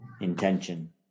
intention